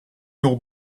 your